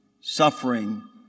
suffering